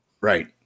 Right